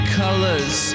colors